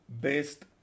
based